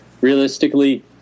realistically